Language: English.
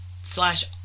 slash